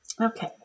Okay